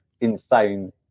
insane